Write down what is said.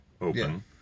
open